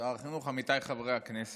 שר החינוך, עמיתיי חברי הכנסת,